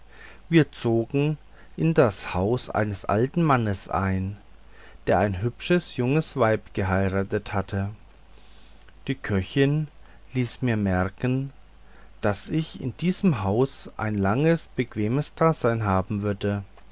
wir zogen in das haus eines alten mannes ein der ein hübsches junges weib geheiratet hatte die köchin ließ mir merken daß ich in diesem hause ein langes bequemes dasein haben würde